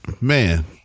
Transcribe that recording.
Man